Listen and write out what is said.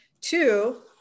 two